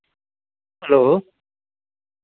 hello